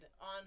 on